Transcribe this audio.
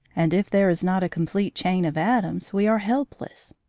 and if there is not a complete chain of atoms we are helpless.